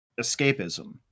escapism